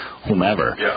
whomever